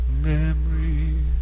Memories